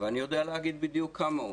ואני יודע להגיד בדיוק כמה הוא.